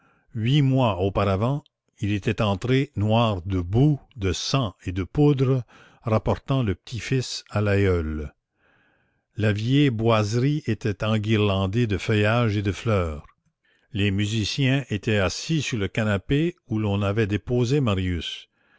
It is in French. huit mois auparavant il était entré noir de boue de sang et de poudre rapportant le petit-fils à l'aïeul la vieille boiserie était enguirlandée de feuillages et de fleurs les musiciens étaient assis sur le canapé où l'on avait déposé marius